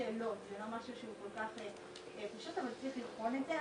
ואז זה מגיע לשלב של משרד עורכי דין והוא מצליח ליצור איתם קשר.